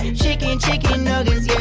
ah chicken, chicken nuggets